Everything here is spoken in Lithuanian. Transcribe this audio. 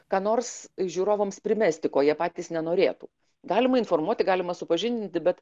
ką nors žiūrovams primesti ko jie patys nenorėtų galima informuoti galima supažindinti bet